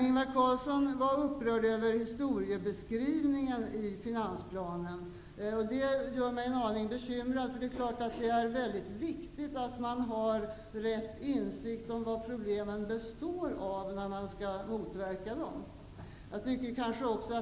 Ingvar Carlsson är upprörd över historiebeskrivningen i finansplanen. Det gör mig en aning bekymrad, eftersom det är väldigt viktigt med rätt insikt om vad problemen består av, när man skall motverka dem.